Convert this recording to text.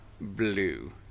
blue